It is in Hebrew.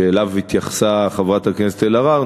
שאליו התייחסה חברת הכנסת אלהרר,